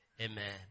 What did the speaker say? Amen